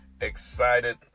excited